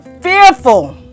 fearful